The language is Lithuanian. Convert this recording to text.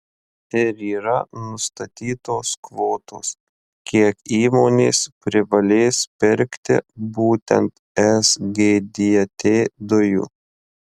ir yra nustatytos kvotos kiek įmonės privalės pirkti būtent sgdt dujų